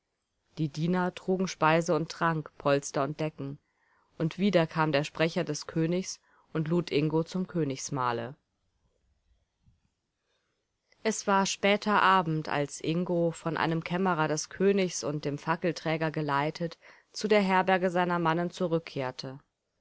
die diener trugen speise und trank polster und decken und wieder kam der sprecher des königs und lud ingo zum königsmahle es war später abend als ingo von einem kämmerer des königs und dem fackelträger geleitet zu der herberge seiner mannen zurückkehrte